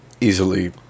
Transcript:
easily